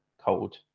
cold